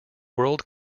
world